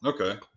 okay